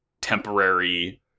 temporary